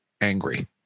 angry